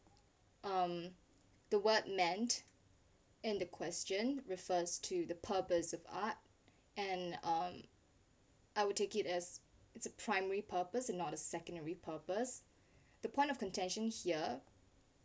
um the word meant and the question refers to the purpose of art and um I would take it as it's primary purpose not a secondary purpose the point of contention here